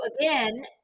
again